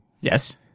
Yes